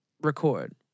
record